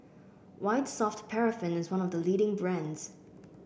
White Soft Paraffin is one of the leading brands